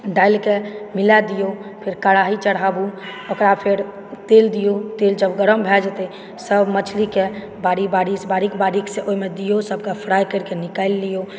डालिके मिला दिऔ फेर कड़ाही चढ़ाबु ओकरा फेर तेल दिऔ जब गरम भए जेतै सब मछलीके बारी बारीक से बारीक बारीक से ओहिमे दिऔ ओहिमे से सबके फ्राई करि के निकालि दिऔ